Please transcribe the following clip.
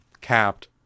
capped